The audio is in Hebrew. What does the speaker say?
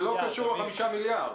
זה לא קשור ל-5 מיליארד.